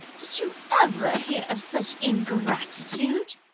did you ever hear of such ingratitude?